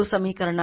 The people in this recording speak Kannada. ಇದು 2 M ಆಗಿರಬೇಕು